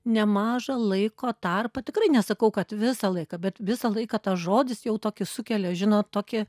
nemažą laiko tarpą tikrai nesakau kad visą laiką bet visą laiką tas žodis jau tokį sukelia žinot tokį